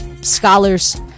scholars